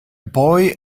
boy